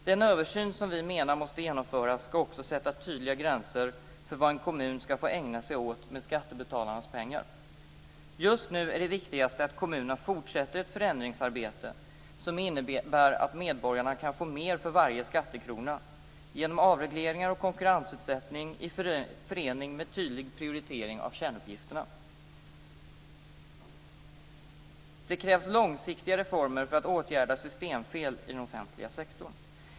Den översyn som vi menar måste genomföras skall också sätta tydliga gränser för vad en kommun skall få ägna sig åt med skattebetalarnas pengar. Just nu är det viktigaste att kommunerna fortsätter ett förändringsarbete som innebär att medborgarna kan få mer för varje skattekrona genom avregleringar och konkurrensutsättning i förening med tydlig prioritering av kärnuppgifterna. Det krävs långsiktiga reformer för att åtgärda systemfel i den offentliga sektorn.